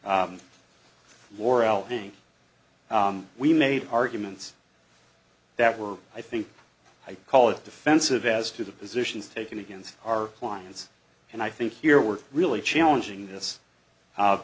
name we made arguments that were i think i call it defensive as to the positions taken against our clients and i think here we're really challenging this